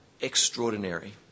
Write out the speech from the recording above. extraordinary